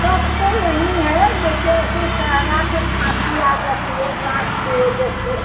कफ तो नहीं है जैसे वैसे सहलाकर खाँसी आ जाती है साँस की वजह से